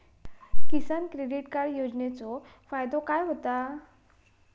किसान credit card योजनेचो फायदो काय होता?